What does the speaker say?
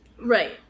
Right